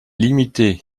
limitée